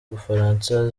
bufaransa